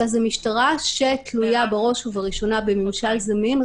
אלא זו משטרה שתלויה בראש ובראשונה בממשל זמין.